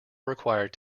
required